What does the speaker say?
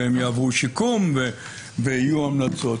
ויעברו שיקום ויהיו המלצות.